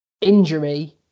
Injury